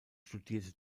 studierte